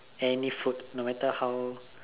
any food no matter how